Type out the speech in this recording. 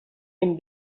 hem